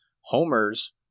Homers